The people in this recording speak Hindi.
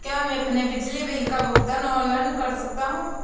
क्या मैं अपने बिजली बिल का भुगतान ऑनलाइन कर सकता हूँ?